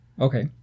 Okay